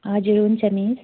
हजुर हुन्छ मिस